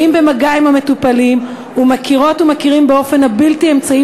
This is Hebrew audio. הם באים במגע עם המטופלים ומכירות ומכירים באופן הבלתי-אמצעי